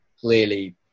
clearly